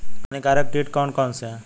हानिकारक कीट कौन कौन से हैं?